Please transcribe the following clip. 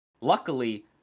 luckily